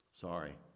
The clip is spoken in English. Sorry